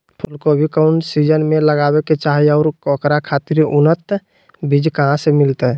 फूलगोभी कौन सीजन में लगावे के चाही और ओकरा खातिर उन्नत बिज कहा से मिलते?